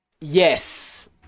Yes